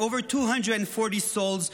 and over 240 souls,